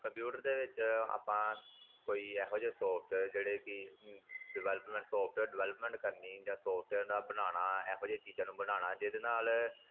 computer ਦੇ ਵਿੱਚ ਆਪਾਂ ਕਈ ਇਹੋ ਜਿਹੇ ਸੋਫਟਵੇਅਰ ਜਿਹੜੇ ਕਿ ਡਿਵੈਲਪਮੈਂਟ ਸੋਫਟਵੇਅਰ ਡਿਵੈਲਪਮੈਂਟ ਕਰਨੀ ਜਾਂ ਸੋਫਟਵੇਅਰ ਨਾਲ ਬਣਾਉਣਾ ਇਹੋ ਜਿਹੀਆਂ ਚੀਜ਼ਾਂ ਨੂੰ ਬਣਾਉਣਾ ਜਿਹਦੇ ਨਾਲ